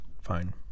Fine